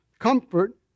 Comfort